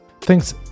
Thanks